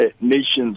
nations